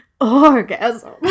orgasm